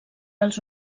als